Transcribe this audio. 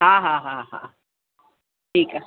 हा हा हा हा ठीकु आहे